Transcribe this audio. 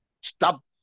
stop